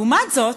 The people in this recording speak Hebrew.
לעומת זאת,